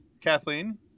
Kathleen